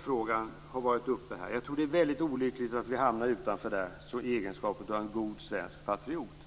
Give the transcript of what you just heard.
I egenskap av en god svensk patriot tror jag att det är väldigt olyckligt att vi hamnar utanför Euro-X,